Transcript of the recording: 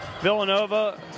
Villanova